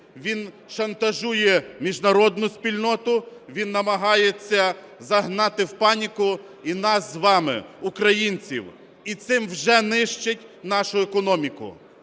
Він шантажує міжнародну спільноту, він намагається загнати в паніку і нас з вами, українців. І цим вже нищить нашу економіку.